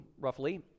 roughly